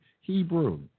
Hebrew